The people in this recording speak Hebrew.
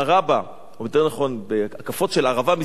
או יותר נכון הקפות של ערבה מסביב למזבח,